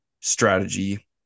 strategy